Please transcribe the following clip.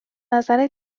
نظر